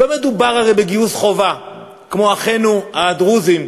לא מדובר הרי בגיוס חובה כמו של אחינו הדרוזים,